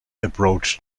approached